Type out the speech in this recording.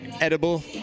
edible